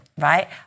right